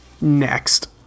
Next